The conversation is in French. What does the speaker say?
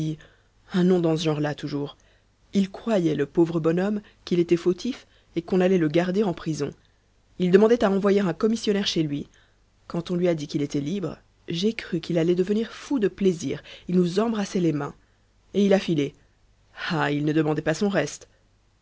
un nom dans ce genre-là toujours il croyait le pauvre bonhomme qu'il était fautif et qu'on allait le garder en prison il demandait à envoyer un commissionnaire chez lui quand on lui a dit qu'il était libre j'ai cru qu'il allait devenir fou de plaisir il nous embrassait les mains et il a filé ah il ne demandait pas son reste